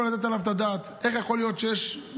לתת עליו את הדעת: איך יכול להיות שיש מחירים,